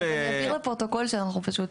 --- אנחנו נבהיר לפרוטוקול שאנחנו פשוט,